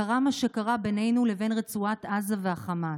קרה מה שקרה בינינו לבין רצועת עזה והחמאס.